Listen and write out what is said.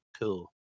cool